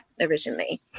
originally